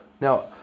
Now